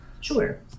Sure